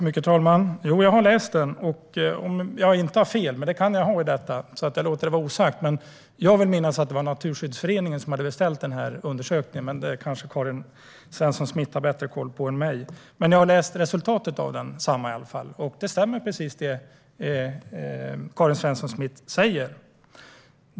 Herr talman! Ja, jag har läst den. Om jag inte har fel - men det kan jag ha i detta så jag låter det vara osagt - vill jag minnas att det var Naturskyddsföreningen som hade beställt undersökningen. Men det kanske Karin Svensson Smith har bättre koll på än jag. Jag har i alla fall läst resultatet av densamma. Det stämmer precis, det som Karin Svensson Smith säger.